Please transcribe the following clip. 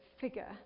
figure